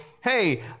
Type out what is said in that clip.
hey